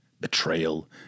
betrayal